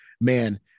Man